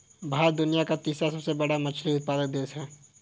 भारत दुनिया का तीसरा सबसे बड़ा मछली उत्पादक देश है